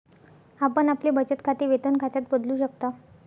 आपण आपले बचत खाते वेतन खात्यात बदलू शकता